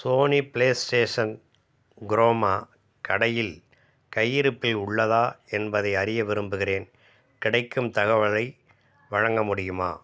Sony PlayStation Croma கடையில் கையிருப்பில் உள்ளதா என்பதை அறிய விரும்புகிறேன் கிடைக்கும் தகவலை வழங்க முடியுமா